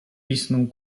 pisnął